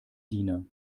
diener